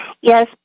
Yes